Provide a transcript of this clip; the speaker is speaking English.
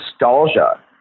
nostalgia